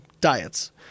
diets